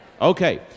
Okay